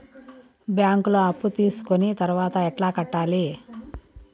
బ్యాంకులో అప్పు తీసుకొని తర్వాత ఎట్లా కట్టాలి?